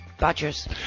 badgers